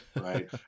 right